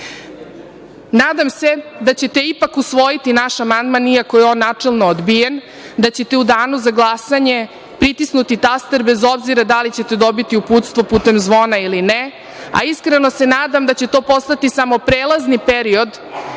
se da ćete ipak usvojiti naš amandman, iako je on načelno odbijen, da ćete u danu za glasanje pritisnuti taster, bez obzira da li ćete dobiti uputstvo putem zvona ili ne, a iskreno se nadam da će to postati samo prelazni period